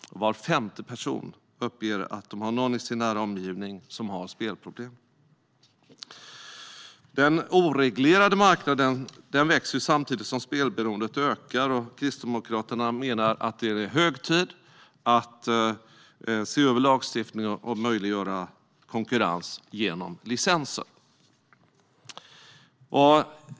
Var femte person uppger att de har någon i sin nära omgivning som har spelproblem. Den oreglerade marknaden växer samtidigt som spelberoendet ökar. Kristdemokraterna menar att det är hög tid att se över lagstiftningen och möjliggöra konkurrens genom licenser.